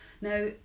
Now